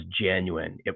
genuine